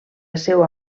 seua